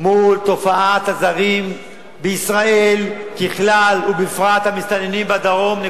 תופעת הזרים בישראל ככלל, ובפרט המסתננים בדרום.